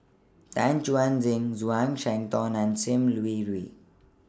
Tan Chuan Jin Zhuang Shengtao and SIM Yi Hui